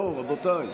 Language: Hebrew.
בואו, רבותיי.